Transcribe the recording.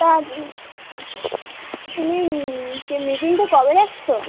তা তুমি সেই মিটিংটা কবে রাখছ